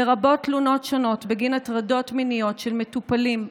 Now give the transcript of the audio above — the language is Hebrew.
לרבות תלונות שונות בגין הטרדות מיניות של מטופלים,